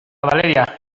valeria